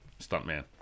stuntman